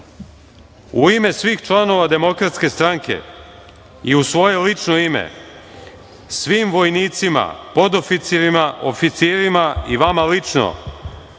u ime svih članova DS i u svoje lično ime svim vojnicima, podoficirima, oficirima i vama lično